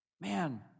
man